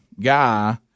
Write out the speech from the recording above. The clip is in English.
guy